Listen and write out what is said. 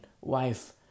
Wife